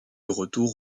retour